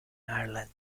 ireland